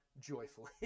joyfully